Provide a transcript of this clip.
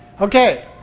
Okay